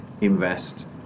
invest